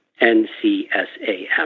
NCSAM